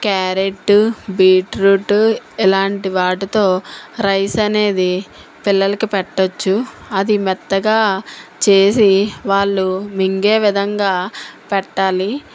carrot beetroot ఇలాంటి వాటితో rice అనేది పిల్లలకు పెట్టవచ్చు అది మెత్తగా చేసి వాళ్ళు మింగే విధంగా పెట్టాలి